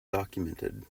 documented